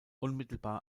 unmittelbar